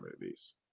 movies